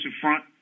front